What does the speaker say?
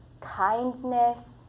kindness